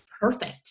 perfect